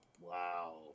Wow